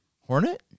Hornet